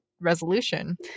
resolution